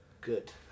Good